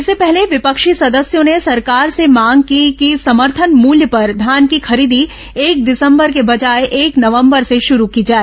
इससे पहले विपक्षी सदस्यों ने सरकार से मांग की कि समर्थन मूल्य पर धान की खरीदी एक दिसंबर के बजाय एक नवंबर से शुरू की जाए